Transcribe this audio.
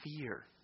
fear